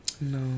No